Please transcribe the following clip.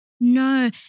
no